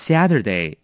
Saturday